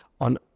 on